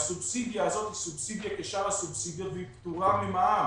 הסובסידיה הזאת היא סובסידיה כשאר הסובסידיות והיא פטורה ממע"מ.